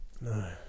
no